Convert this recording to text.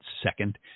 second –